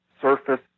surface